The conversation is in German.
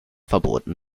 verboten